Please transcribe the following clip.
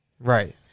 Right